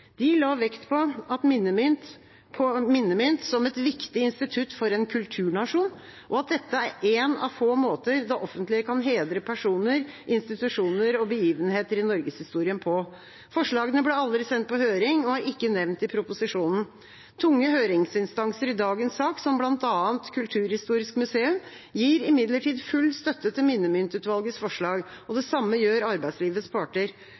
De la vekt på minnemynt som et viktig institutt for en kulturnasjon, og at dette er én av få måter det offentlige kan hedre personer, institusjoner og begivenheter i norgeshistorien på. Forslagene ble aldri sendt på høring og er ikke nevnt i proposisjonen. Tunge høringsinstanser i dagens sak – bl.a. Kulturhistorisk museum – gir imidlertid full støtte til minnemyntutvalgets forslag. Det samme gjør arbeidslivets parter.